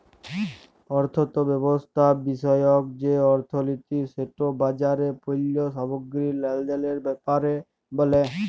অথ্থব্যবস্থা বিষয়ক যে অথ্থলিতি সেট বাজারে পল্য সামগ্গিরি লেলদেলের ব্যাপারে ব্যলে